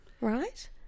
right